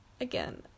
again